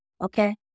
okay